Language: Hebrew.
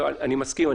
אני מסכים.